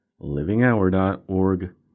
livinghour.org